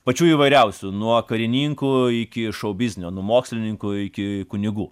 pačių įvairiausių nuo karininkų iki šou biznio nuo mokslininkų iki kunigų